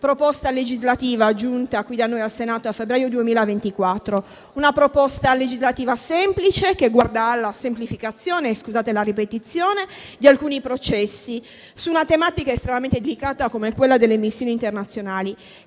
internazionali, giunto in Senato a febbraio 2024. Si tratta di una proposta legislativa semplice, che guarda alla semplificazione - scusate la ripetizione - di alcuni processi su una tematica estremamente delicata come quella delle missioni internazionali.